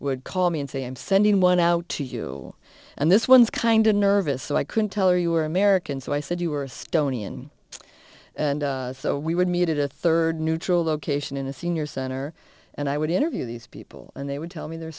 would call me and say i'm sending one out to you and this one's kind of nervous so i couldn't tell her you were american so i said you were a stone ian and so we would meet at a third neutral location in the senior center and i would interview these people and they would tell me their